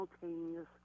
simultaneous